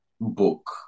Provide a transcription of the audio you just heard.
book